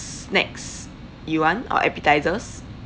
snacks you want or appetisers